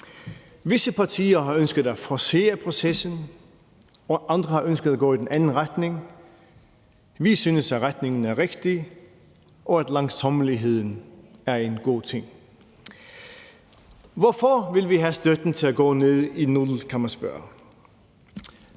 Visse partier har ønsket at forcere processen, og andre har ønsket at gå i den anden retning. Vi synes, at retningen er rigtig, og at langsommeligheden er en god ting. Hvorfor vil vi have støtten til at gå i nul? kan man spørge.